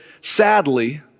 sadly